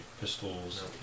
pistol's